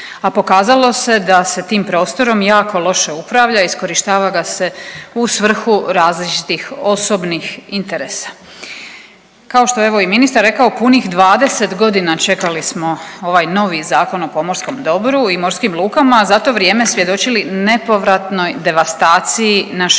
a pokazalo se da se tim prostorom jako loše upravlja, iskorištava ga se u svrhu različitih osobnih interesa. Kao što je evo i ministar rekao punih 20 godina čekali smo ovaj novi Zakon o pomorskom dobru i morskim lukama, a za to vrijeme svjedočili nepovratnoj devastaciji naše